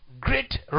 great